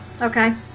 okay